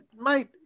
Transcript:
Mate